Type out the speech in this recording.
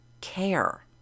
care